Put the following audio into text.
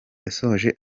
yashoje